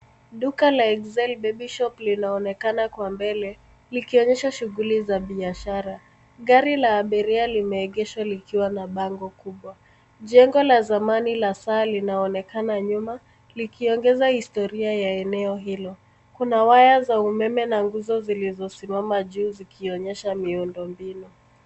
Duka la Excel Baby Shop linaonekana kwa mbele, likionyesha shughuli za biashara. Gari la abiria limeegesha likiwa na bango kubwa. Jengo la zamani la saa linaonekana nyuma, likiongeza historia ya eneo hilo. Kuna waya za umeme na nguzo zilizosimama juu ziikionyesha miundombinu.